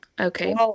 Okay